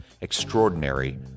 Extraordinary